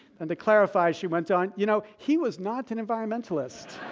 and to clarify, she went on, you know, he was not an environmentalist.